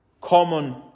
common